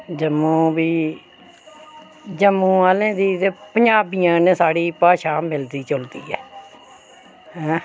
जम्मू दी जम्मू आह्लें दी ते पंजाबी आह्लें दी भाशा साढ़ी मिलदी जुलदी ऐ ऐं